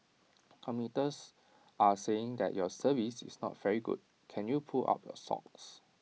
commuters are saying that your service is not very good can you pull up your socks